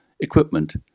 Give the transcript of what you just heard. equipment